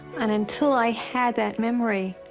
and until i had that memory,